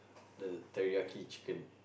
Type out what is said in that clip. the teriyaki chicken